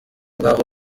ngaho